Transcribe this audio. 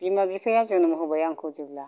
बिमा बिफाया जोनोम होबाय आंखौ जेब्ला